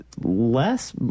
less